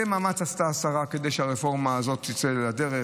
השרה עשתה הרבה מאמץ כדי שהרפורמה הזו תצא לדרך.